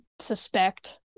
suspect